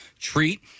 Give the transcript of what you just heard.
treat